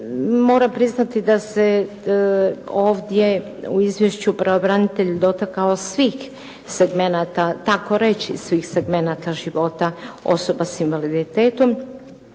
Moram priznati da se ovdje u izvješću pravobranitelj dotakao svih segmenata, takoreći svih segmenata života osoba s invaliditetom